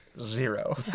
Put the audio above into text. zero